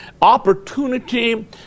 Opportunity